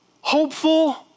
hopeful